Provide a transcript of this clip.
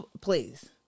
please